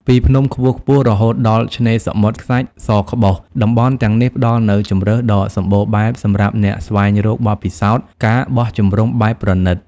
ពីភ្នំខ្ពស់ៗ រហូតដល់ឆ្នេរសមុទ្រខ្សាច់សក្បុស តំបន់ទាំងនេះផ្តល់នូវជម្រើសដ៏សម្បូរបែបសម្រាប់អ្នកស្វែងរកបទពិសោធន៍ ការបោះជំរំបែបប្រណីត ។